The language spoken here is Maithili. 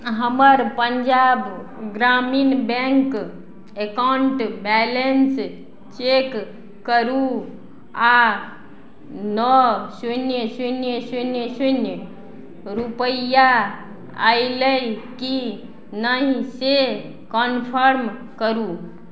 हमर Punjab Gramin bank account balance check करू आओर नओ शून्य शून्य शून्य शून्य रुपैआ अएलै कि नहि से कनफर्म करू